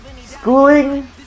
Schooling